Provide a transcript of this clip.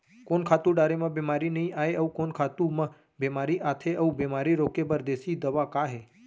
कोन खातू डारे म बेमारी नई आये, अऊ कोन खातू म बेमारी आथे अऊ बेमारी रोके बर देसी दवा का हे?